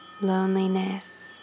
loneliness